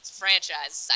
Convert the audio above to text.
franchise